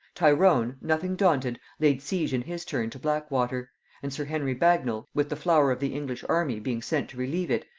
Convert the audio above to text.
tyrone, nothing daunted, laid siege in his turn to blackwater and sir henry bagnal, with the flower of the english army, being sent to relieve it,